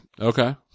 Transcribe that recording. Okay